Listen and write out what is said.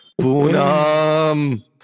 Poonam